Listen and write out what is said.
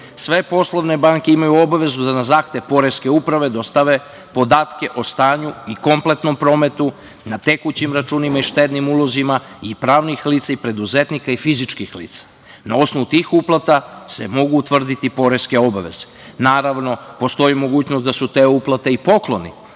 sve poslovne banke imaju obavezu da na zahtev Poreske uprave dostave podatke o stanju i kompletnom prometu na tekućim računima i štednim ulozima i pravnih lica i preduzetnika i fizičkih lica. Na osnovu tih uplata se mogu utvrditi poreske obaveze. Naravno, postoji mogućnost da su te uplate i pokloni,